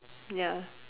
ya